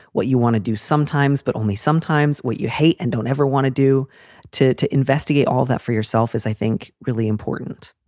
what you want to do sometimes, but only sometimes what you hate and don't ever want to do to to investigate all that for yourself is, i think, really important.